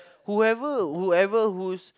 whoever whoever who's